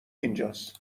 اینجاس